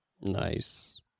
Nice